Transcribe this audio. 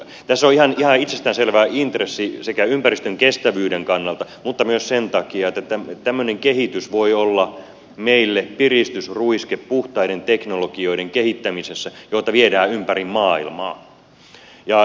tässä on ihan itsestään selvä intressi sekä ympäristön kestävyyden kannalta mutta myös sen takia että tämmöinen kehitys voi olla meille piristysruiske puhtaiden teknologioiden kehittämisessä joita viedään ympäri maailmaa